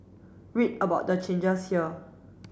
read about the changes here